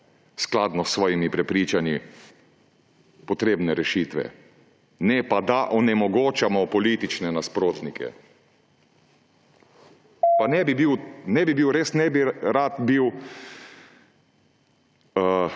skladno s svojimi prepričanji potrebne rešitve, ne pa da onemogočamo politične nasprotnike. Pa res ne bi rad bil